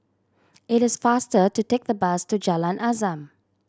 it is faster to take the bus to Jalan Azam